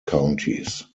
counties